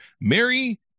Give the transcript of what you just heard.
Mary